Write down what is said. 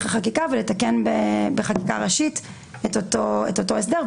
החקיקה ולתקן בחקיקה ראשית את אותו הסדר,